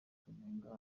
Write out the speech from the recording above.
kunenga